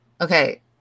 okay